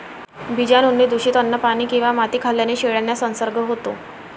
बीजाणूंनी दूषित अन्न, पाणी किंवा माती खाल्ल्याने शेळ्यांना संसर्ग होतो